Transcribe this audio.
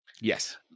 Yes